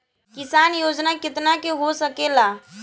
किसान योजना कितना के हो सकेला?